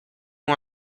moi